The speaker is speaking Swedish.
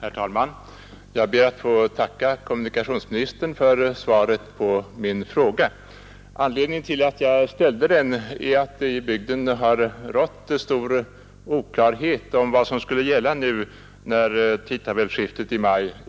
Herr talman! Jag ber att få tacka kommunikationsministern för svaret på min fråga. Anledningen till att jag framställde frågan är att det ute i den berörda bygden har rått stor oklarhet om vad som skulle komma att gälla efter tidtabellsskiftet i maj.